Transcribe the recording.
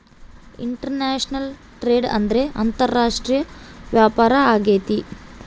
international trade ಅಂದ್ರೆ ಅಂತಾರಾಷ್ಟ್ರೀಯ ವ್ಯಾಪಾರ ಆಗೈತೆ